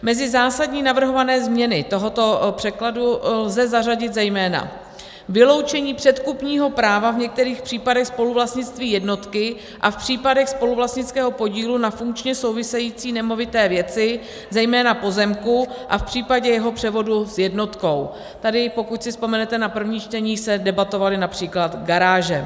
Mezi zásadní navrhované změny tohoto překladu lze zařadit zejména: vyloučení předkupního práva v některých případech spoluvlastnictví jednotky a v případech spoluvlastnického podílu na funkčně související nemovité věci, zejména pozemku, a v případě jeho převodu s jednotkou tady, pokud si vzpomenete na první čtení, se debatovaly například garáže;